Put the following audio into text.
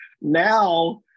Now